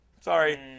Sorry